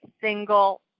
single